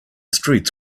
streets